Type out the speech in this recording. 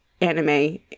anime